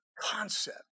concept